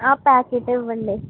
ప్యాకెటే ఇవ్వండి